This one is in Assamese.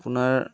আপোনাৰ